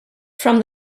from